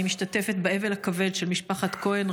אני משתתפת באבל הכבד של משפחות כהן,